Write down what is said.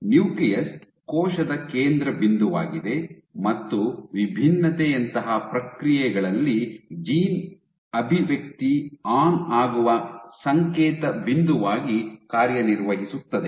nucleus ಕೋಶದ ಕೇಂದ್ರಬಿಂದುವಾಗಿದೆ ಮತ್ತು ವಿಭಿನ್ನತೆಯಂತಹ ಪ್ರಕ್ರಿಯೆಗಳಲ್ಲಿ ಜೀನ್ ಅಭಿವ್ಯಕ್ತಿ ಆನ್ ಆಗುವ ಸಂಕೇತ ಬಿಂದುವಾಗಿ ಕಾರ್ಯನಿರ್ವಹಿಸುತ್ತದೆ